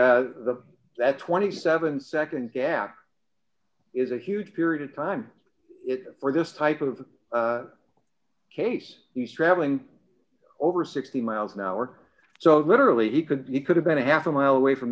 the that twenty seven nd gap is a huge period of time for this type of case he's travelling over sixty miles an hour so literally he could be could have been a half a mile away from